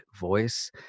voice